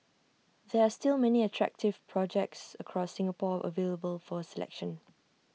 there are still many attractive projects across Singapore available for selection